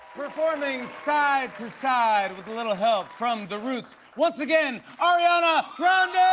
performing side to side with a little help from the roots once again, ariana grande!